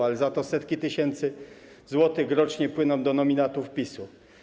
Ale za to setki tysięcy złotych rocznie płyną do nominatów PiS.